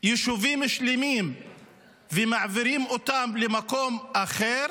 יישובים שלמים ומעבירים אותם למקום אחר